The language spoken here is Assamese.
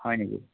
হয় নেকি